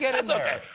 yeah that's all right.